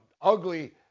ugly